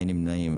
אין נמנעים?